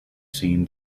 seen